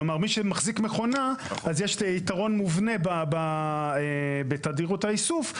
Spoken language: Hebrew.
כלומר מי שמחזיק מכונה אז יש יתרון מובנה בתדירות האיסוף,